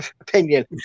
opinion